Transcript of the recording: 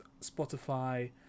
Spotify